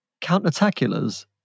countertaculars